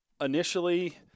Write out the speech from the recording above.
initially